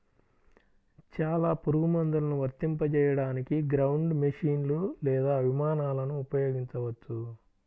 చాలా పురుగుమందులను వర్తింపజేయడానికి గ్రౌండ్ మెషీన్లు లేదా విమానాలను ఉపయోగించవచ్చు